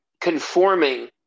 conforming